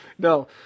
No